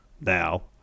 now